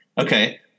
Okay